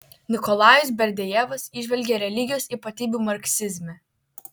nikolajus berdiajevas įžvelgė religijos ypatybių marksizme